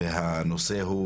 והנושא הוא